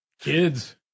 kids